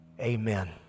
Amen